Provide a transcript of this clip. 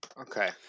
Okay